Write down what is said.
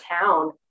town